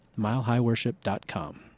milehighworship.com